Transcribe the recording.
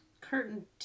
curtain